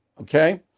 Okay